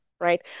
right